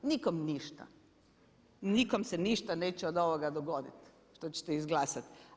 Nikom ništa, nikom se ništa neće od ovoga dogoditi što ćete izglasati.